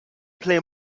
plej